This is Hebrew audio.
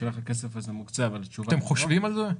אתם חושבים על זה?